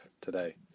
today